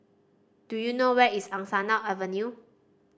do you know where is Angsana Avenue